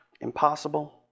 Impossible